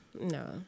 no